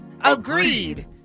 Agreed